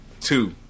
two